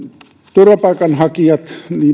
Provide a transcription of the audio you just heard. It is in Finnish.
turvapaikanhakijat ja